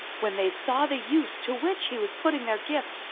when they saw the use to which he was putting their gift,